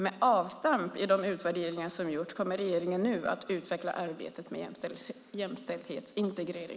Med avstamp i de utvärderingar som gjorts kommer regeringen nu att utveckla arbetet med jämställdhetsintegrering.